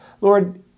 Lord